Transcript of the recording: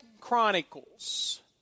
Chronicles